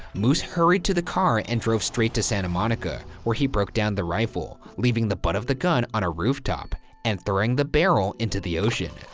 moose hurried to the car and drove straight to santa monica, where he broke down the rifle, leaving the butt of the gun on a rooftop and throwing the barrel into the ocean.